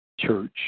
church